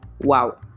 wow